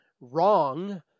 wrong